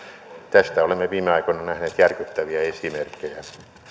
tästä olemme viime aikoina nähneet järkyttäviä esimerkkejä